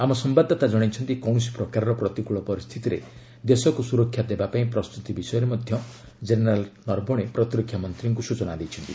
ଆମ ସମ୍ବାଦଦାତା ଜଣାଇଛନ୍ତି କୌଣସି ପ୍ରକାରର ପ୍ରତିକୃଳ ପରିସ୍ଥିତିରେ ଦେଶକୁ ସୁରକ୍ଷା ଦେବା ପାଇଁ ପ୍ରସ୍ତୁତି ବିଷୟରେ ମଧ୍ୟ ଜେନେରାଲ୍ ନରବଣେ ପ୍ରତିରକ୍ଷା ମନ୍ତ୍ରୀଙ୍କୁ ସୂଚନା ଦେଇଛନ୍ତି